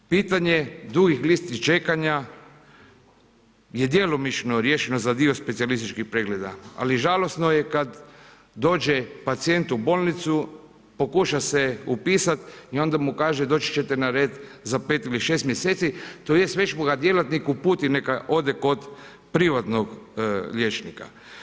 Pitanje dugih listi čekanja je djelomično riješeno za dio specijalističkih pregleda, ali žalosno je kad dođe pacijent u bolnicu, pokuša se upisat i onda mu kaže, doći ćete na red za 5 ili 6 mjeseci, tj. već mu ga djelatnik uputi neka ode privatnog liječnika.